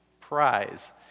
prize